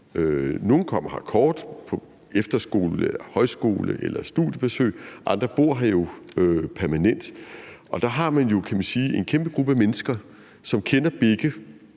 Nogle kom her i kort tid, på efterskole, højskole eller studiebesøg, andre bor her jo permanent. Der har man, kan man sige, en kæmpe gruppe af mennesker, som kender begge